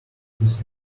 his